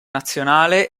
nazionale